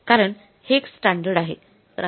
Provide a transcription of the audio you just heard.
कारण हे एक स्टॅंडर्ड आहे